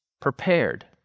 Prepared